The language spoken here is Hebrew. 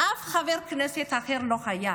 אף חבר הכנסת אחר לא היה.